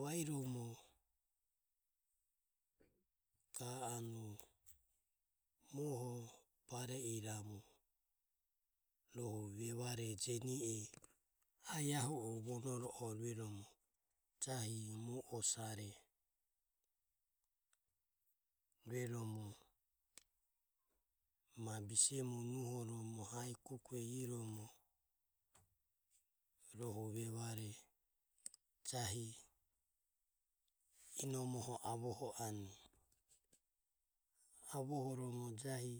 vairomo ga anue bare iramu vevare ijono va o osare jioromo ma bisemu nuhoromo rohu vevare jahi inomoho avoho anue. Avohoromo jahi.